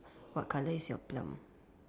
what colour is your plum